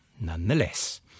nonetheless